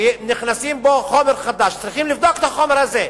אם מכניסים בו חומר חדש, צריך לבדוק את החומר הזה.